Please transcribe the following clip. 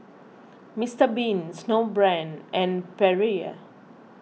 Mister Bean Snowbrand and Perrier